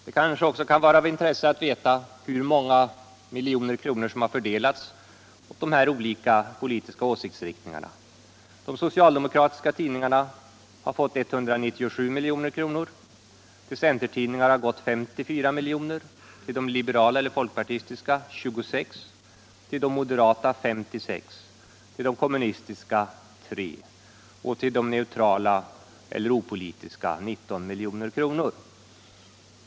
Det kanske också kan vara av intresse att veta hur många miljoner som har fördelats på de här olika politiska åsiktsriktningarna. De socialdemokratiska tidningarna har fått 197 milj.kr., till centertidningarna har gått 54 milj., till de liberala eller folkpartistiska 26, till de moderata 56, till de kommunistiska 3 och till de neutrala eller opolitiska 19 milj.kr.